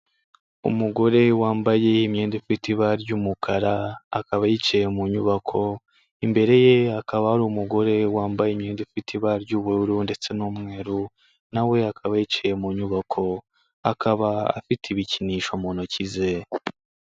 Umugore wambaye imyenda ifite ibara ry'umukara, akaba yicaye mu nyubako, imbere ye hakaba ari umugore wambaye imyenda ifite ibara ry'ubururu ndetse n'umweru, na we akaba yicaye mu nyubako akaba afite ibikinisho mu ntoki ze.